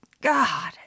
God